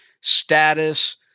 status